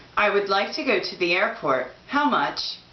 i would like to go to the airport. how much?